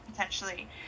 potentially